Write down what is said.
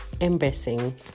embracing